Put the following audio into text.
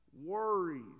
worries